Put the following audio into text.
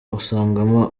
usangamo